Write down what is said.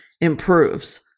improves